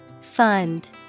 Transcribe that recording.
Fund